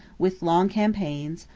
with long campaigns,